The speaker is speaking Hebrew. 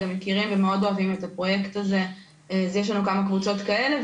יש לנו כמה קבוצות כאלה.